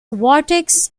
vortex